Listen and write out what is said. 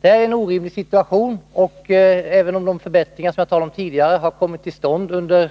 Det är en orimlig situation. Även om de förbättringar som jag har talat om tidigare kommit till stånd, under